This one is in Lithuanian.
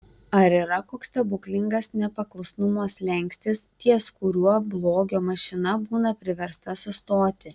ar yra koks stebuklingas nepaklusnumo slenkstis ties kuriuo blogio mašina būna priversta sustoti